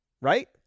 right